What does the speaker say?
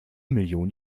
millionen